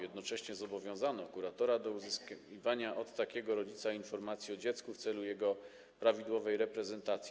Jednocześnie zobowiązano kuratora do uzyskiwania od takiego rodzica informacji o dziecku w celu jego prawidłowej reprezentacji.